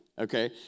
okay